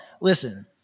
listen